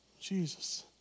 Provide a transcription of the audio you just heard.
Jesus